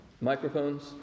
microphones